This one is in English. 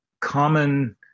common